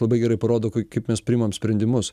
labai gerai parodo kaip mes priimam sprendimus